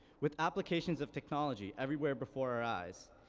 with applications of technology everywhere before our eyes,